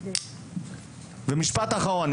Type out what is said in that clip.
משפט אחרון.